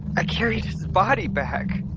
i carried his body back.